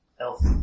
elf